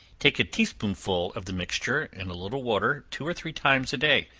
take a tea-spoonful of the mixture, in a little water two or three times a day,